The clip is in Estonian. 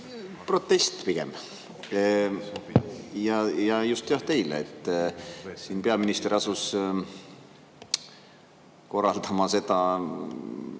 Protest pigem. Ja just, jah, teile. Siin peaminister asus korraldama seda,